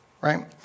Right